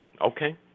Okay